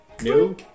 New